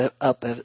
up